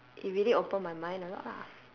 it really opened my mind a lot lah